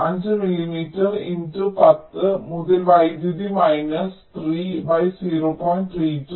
5 milli 10 മുതൽ വൈദ്യുതി minus 3 0